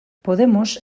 podemos